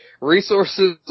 resources